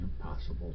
impossible